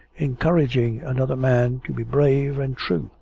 encouraging another man to be brave and true.